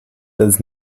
does